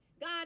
god